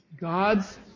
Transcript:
God's